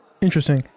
Interesting